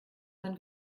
man